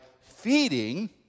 feeding